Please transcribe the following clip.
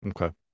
Okay